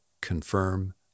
confirm